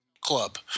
club